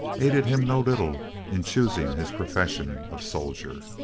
aided him no little in choosing his profession of soldier.